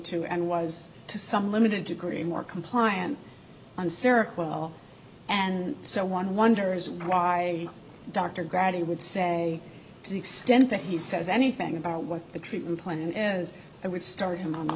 to and was to some limited degree more compliant on seroquel and so one wonders why dr grabby would say to the extent that he says anything about what the treatment plan is i would start him on